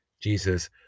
Jesus